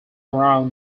around